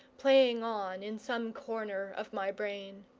playing on in some corner of my brain.